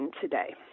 today